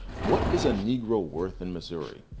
what is a negro worth in missouri?